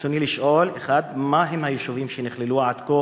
רצוני לשאול: 1. אילו יישובים נכללו עד כה